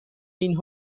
این